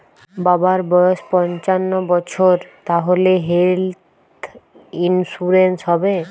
বাবার বয়স পঞ্চান্ন বছর তাহলে হেল্থ ইন্সুরেন্স হবে?